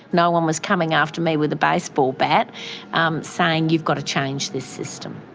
no one was coming after me with a baseball bat um saying you've got to change this system.